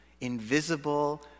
Invisible